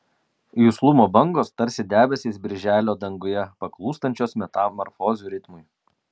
juslumo bangos tarsi debesys birželio danguje paklūstančios metamorfozių ritmui